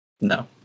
No